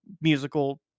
musical